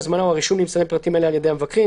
ההזמנה או הרישום נמסרים פרטים אלה על ידי המבקרים,